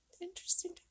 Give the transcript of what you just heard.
interesting